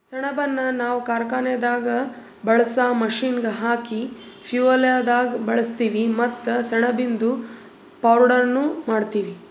ಸೆಣಬನ್ನ ನಾವ್ ಕಾರ್ಖಾನೆದಾಗ್ ಬಳ್ಸಾ ಮಷೀನ್ಗ್ ಹಾಕ ಫ್ಯುಯೆಲ್ದಾಗ್ ಬಳಸ್ತೀವಿ ಮತ್ತ್ ಸೆಣಬಿಂದು ಪೌಡರ್ನು ಮಾಡ್ತೀವಿ